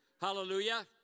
Hallelujah